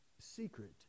secret